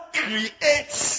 creates